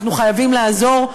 אנחנו חייבים לעזור.